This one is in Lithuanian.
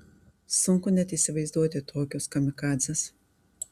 sunku net įsivaizduoti tokius kamikadzes